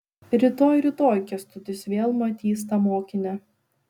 rytoj rytoj kęstutis vėl matys tą mokinę